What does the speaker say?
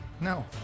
No